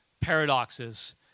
paradoxes